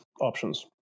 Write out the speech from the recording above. options